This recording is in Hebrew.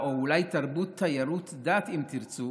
או אולי תרבות תיירות הדת, אם תרצו,